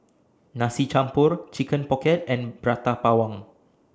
Nasi Campur Chicken Pocket and Prata Bawang